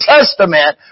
Testament